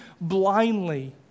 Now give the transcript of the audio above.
Blindly